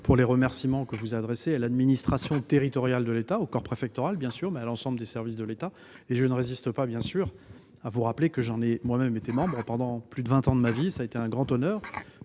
des remerciements que vous adressez à l'administration territoriale de l'État, au corps préfectoral, bien sûr, mais aussi à l'ensemble des services de l'État. Je ne résiste pas au plaisir de vous rappeler que j'en ai moi-même été membre pendant plus de vingt ans de ma vie, ce qui a été un grand honneur.